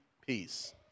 peace